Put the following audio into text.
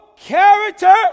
character